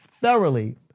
Thoroughly